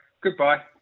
Goodbye